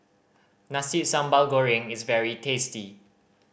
Nasi Sambal Goreng is very tasty